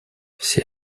все